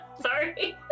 Sorry